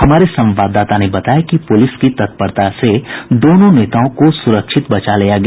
हमारे संवाददाता ने बताया कि पुलिस की तत्परता से दोनों नेताओं को सुरक्षित बचा लिया गया